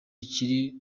kiri